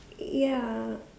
ya